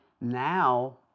now